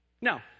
Now